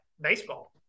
baseball